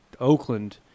oakland